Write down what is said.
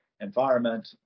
environment